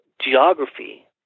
geography